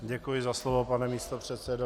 Děkuji za slovo, pane místopředsedo.